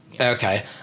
Okay